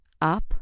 up